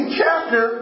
chapter